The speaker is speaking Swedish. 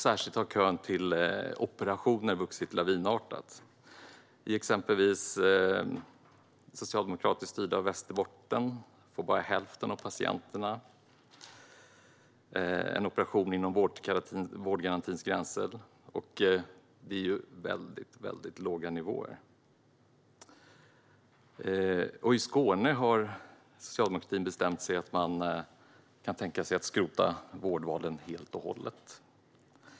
Särskilt kön till operationer har vuxit lavinartat. I exempelvis socialdemokratiskt styrda Västerbotten får bara hälften av patienterna en operation inom vårdgarantins gränser. Detta är väldigt låga nivåer. I Skåne har socialdemokratin bestämt sig för att man kan tänka sig att skrota vårdvalen helt och hållet.